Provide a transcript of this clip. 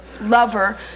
lover